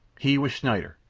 he was schneider.